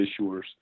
issuers